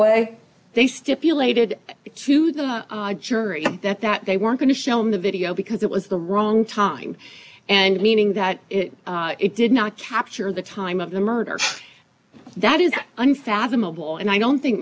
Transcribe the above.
away they stipulated to the jury that that they were going to show him the video because it was the wrong time and meaning that it did not capture the time of the murder that is unfathomable and i don't think